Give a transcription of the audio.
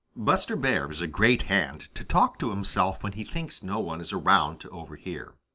buster bear is a great hand to talk to himself when he thinks no one is around to overhear.